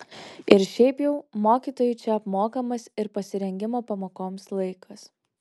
ir šiaip jau mokytojui čia apmokamas ir pasirengimo pamokoms laikas